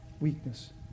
weakness